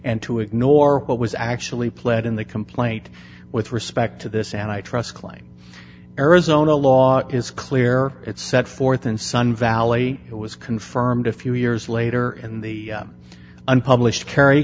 and to ignore what was actually pled in the complaint with respect to this and i trust claim arizona law is clear it's set forth in sun valley it was confirmed a few years later in the unpublished kerry